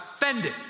offended